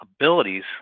abilities